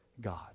God